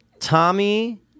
Tommy